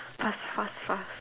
fast fast fast